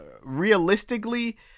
realistically